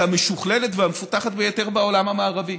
המשוכללת והמפותחת ביותר בעולם המערבי,